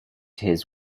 his